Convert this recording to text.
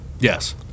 yes